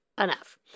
enough